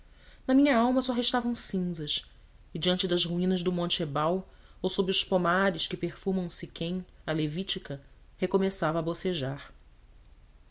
na minha alma só restavam cinzas e diante das ruínas do monte ebal ou sob os pomares que perfumam siquém a levítica recomeçava a bocejar